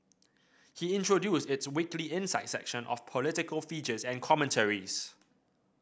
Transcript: he introduced its weekly Insight section of political features and commentaries